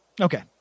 Okay